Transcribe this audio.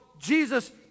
Jesus